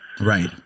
Right